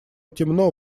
темно